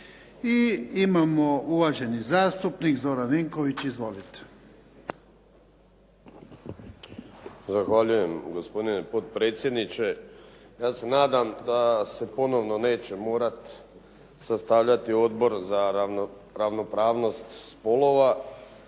I imamo uvaženi zastupnik Zoran Vinković. Izvolite. **Vinković, Zoran (SDP)** Zahvaljujem gospodine potpredsjedniče. Ja se nadam da se ponovno neće morati sastavljati Odbor za ravnopravnost spolova